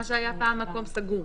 מה שהיה פעם מקום סגור.